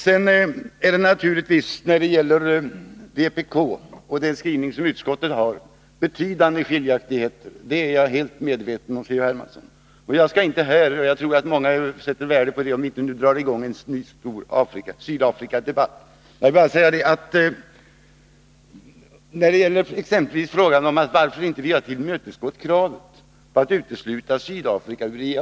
Att det finns betydande skiljaktigheter mellan vpk:s inställning och utskottets är jag helt medveten om, C.-H. Hermansson. Jag tror att många sätter värde på om vi inte nu drar i gång en ny stor Sydafrikadebatt, men jag vill säga några ord om varför vi inte har tillmötesgått kravet på att utesluta Sydafrika ur IAEA.